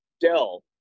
Dell